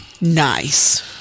Nice